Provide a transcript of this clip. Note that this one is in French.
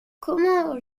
comment